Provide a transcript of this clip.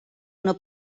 una